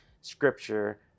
scripture